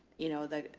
you know, the,